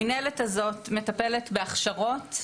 המינהלת הזאת מטפלת בהכשרות,